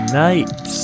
night